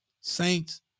Saints